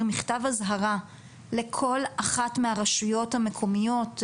מכתב אזהרה לכל אחת מהרשויות המקומיות,